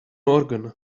organ